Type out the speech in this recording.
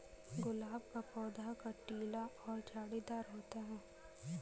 गुलाब का पौधा कटीला और झाड़ीदार होता है